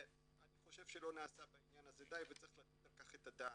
אני חושב שלא נעשה בעניין הזה די וצריך לתת על כך את הדעת.